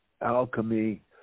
alchemy